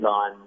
on